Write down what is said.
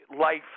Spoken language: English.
life